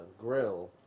grill